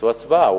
תעשו הצבעה.